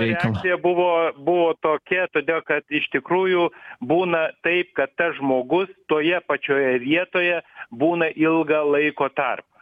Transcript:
reakcija buvo buvo tokia todėl kad iš tikrųjų būna taip kad tas žmogus toje pačioje vietoje būna ilgą laiko tarpą